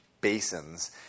basins